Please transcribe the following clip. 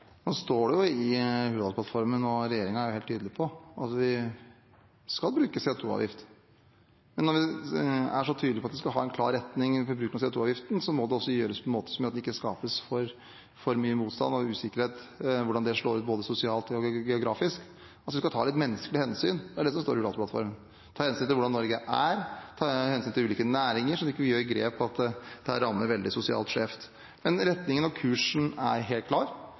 Nå står det i Hurdalsplattformen, og regjeringen er helt tydelig på, at vi skal bruke CO 2 -avgift. Når vi er så tydelige på at vi skal ha en klar retning for bruken av CO 2 -avgiften, må det gjøres på en måte som ikke skaper for mye motstand og usikkerhet om hvordan det slår ut både sosialt og geografisk. Vi skal ta litt menneskelige hensyn – det er det som står i plattformen – ta hensyn til hvordan Norge er, ta hensyn til ulike næringer, så man ikke gjør grep som rammer veldig skjevt sosialt. Retningen og kursen er helt klar: